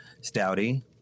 stouty